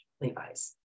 Levi's